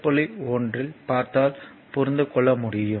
1 ஐ பார்த்தால் புரிந்துக் கொள்ள முடியும்